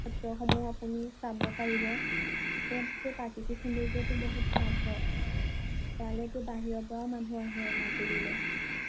সত্ৰসমূহ আপুনি চাব পাৰিব এতিয়াটো প্ৰাকৃতিক সৌন্দৰ্যটো বহুত ভাল হয় ইয়ালৈতো বাহিৰৰ পৰাও মানুহ আহে মাজুলীলৈ